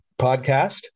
podcast